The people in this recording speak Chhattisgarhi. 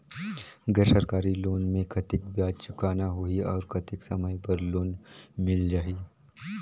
गैर सरकारी लोन मे कतेक ब्याज चुकाना होही और कतेक समय बर लोन मिल जाहि?